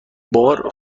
بار